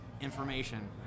Information